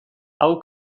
hau